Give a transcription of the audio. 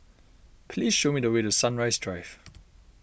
please show me the way to Sunrise Drive